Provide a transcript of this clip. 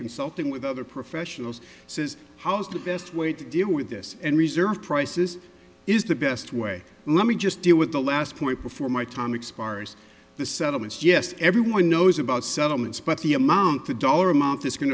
consulting with other professionals says how's the best way to deal with this and reserve prices is the best way let me just deal with the last point before my time expires the settlements yes everyone knows about settlements but the amount the dollar amount is going